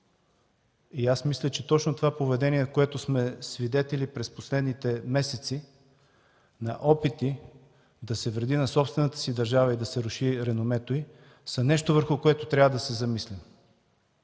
Мисля, че точно това поведение, на което сме свидетели през последните месеци, на опити да се вреди на собствената си държава и да се руши реномето й, са нещо, върху което трябва да се замислим.